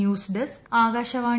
news desk Akashvani